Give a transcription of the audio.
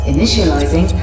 Initializing